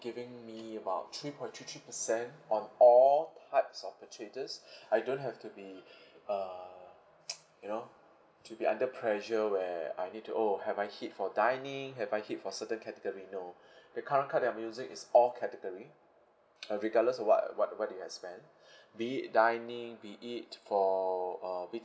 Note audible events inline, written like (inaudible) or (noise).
giving me about three point three three percent on all types of purchases (breath) I don't have to be (breath) uh you know to be under pressure where I need to oh have I hit for dining have I hit for certain category no (breath) the current card that I'm using is all category and regardless of what I what what did I spend (breath) be it dining be it for uh big